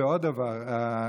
ועוד דבר,